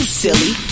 silly